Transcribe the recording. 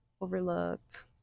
overlooked